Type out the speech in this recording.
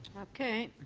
okay.